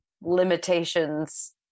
limitations